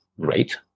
great